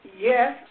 Yes